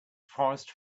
forest